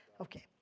Okay